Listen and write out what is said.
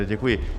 Děkuji.